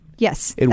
Yes